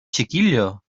chiquillo